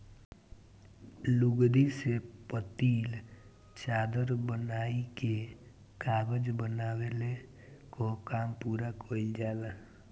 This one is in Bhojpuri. लुगदी से पतील चादर बनाइ के कागज बनवले कअ काम पूरा कइल जाला